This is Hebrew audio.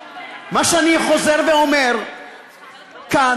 מה שאני חוזר ואומר כאן,